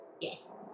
Yes